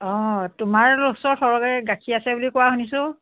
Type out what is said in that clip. অঁ তোমাৰ ওচৰত সৰহকৈ গাখীৰ আছে বুলি কোৱা শুনিছোঁ